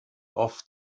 oft